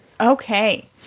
Okay